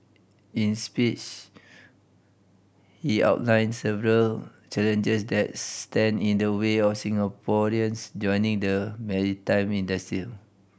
in speech he outlined several challenges that stand in the way of Singaporeans joining the maritime industry